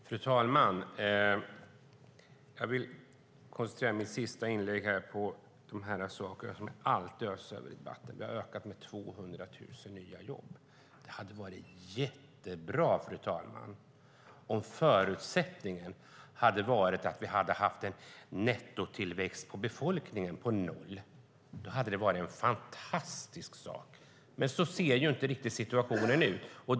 Fru talman! Jag vill koncentrera mitt sista inlägg på det som alltid hörs i debatten, nämligen att man har ökat med 200 000 nya jobb. Det hade varit jättebra, fru talman, om förutsättningen hade varit att vi hade haft en nettotillväxt i befolkningen på noll. Då hade det varit en fantastisk sak, men så ser inte riktigt situationen ut.